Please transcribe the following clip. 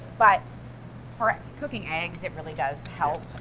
but for cooking eggs it really does help.